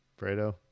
Fredo